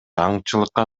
аңчылыкка